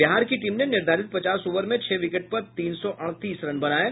बिहार की टीम ने निर्धारित पचास ओवर में छह विकेट पर तीन सौ अड़तीस रन बनाये